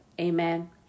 Amen